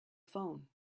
phone